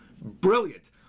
brilliant